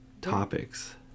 topics